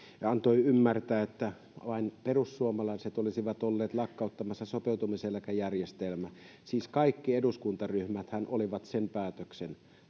antoi ymmärtää että vain perussuomalaiset olisivat olleet lakkauttamassa sopeutumiseläkejärjestelmää siis kaikki eduskuntaryhmäthän olivat sen päätöksen